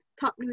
top